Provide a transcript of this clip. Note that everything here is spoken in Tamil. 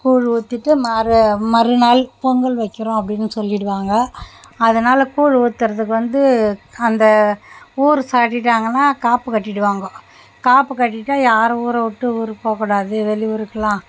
கூழ் ஊற்றிட்டு மறு மறுநாள் பொங்கல் வைக்கிறோம் அப்படின்னு சொல்லிடுவாங்க அதனால் கூழ் ஊற்றுறதுக்கு வந்து அந்த ஊர் சாதிக்காங்களாம் காப்பு கட்டிடுவாங்கோ காப்பு கட்டிட்டா யாரும் ஊரை விட்டு ஊர் போகக்கூடாது வெளியூர்க்கெலாம்